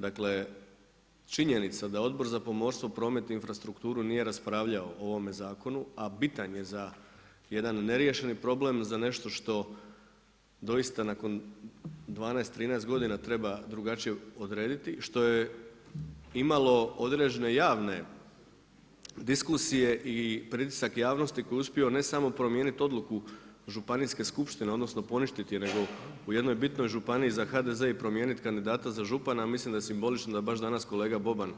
Dakle činjenica da Odbor za pomorstvo, prometnu infrastrukturu nije raspravljao o ovome zakonu a bitan je za jedan neriješeni problem, za nešto što doista nakon 12, 13 godina treba drugačije odrediti što je imalo određene javne diskusije i pritisak javnosti koji je uspio ne samo promijeniti odluku županijske skupštine, odnosno poništiti, nego u jednoj bitnoj županiji za HDZ i promijeniti kandidata za župana, mislim da je simbolično da baš danas kolega Boban